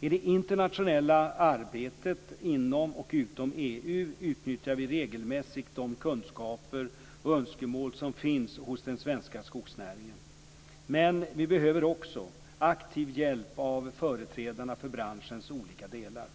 I det internationella arbetet inom och utom EU utnyttjar vi regelmässigt de kunskaper och önskemål som finns hos den svenska skogsnäringen. Men vi behöver också aktiv hjälp av företrädarna för branschens olika delar.